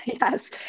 Yes